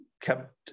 kept